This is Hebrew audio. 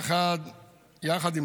הכול בסדר.